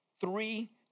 three